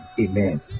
amen